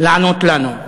לענות לנו.